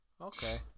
Okay